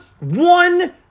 One